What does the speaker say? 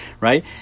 right